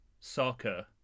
soccer